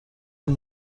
این